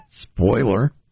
Spoiler